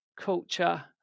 culture